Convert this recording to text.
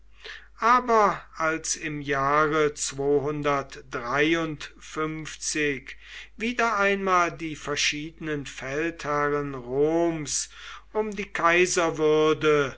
aber als im jahre wieder einmal die verschiedenen feldherren roms um die kaiserwürde